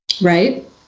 right